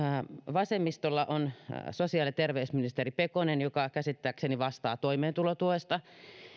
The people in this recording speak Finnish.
vasemmistolla on sosiaali ja terveysministeri pekonen joka käsittääkseni vastaa toimeentulotuesta